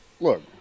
look